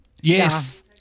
Yes